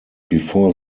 before